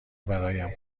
برایم